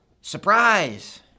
Surprise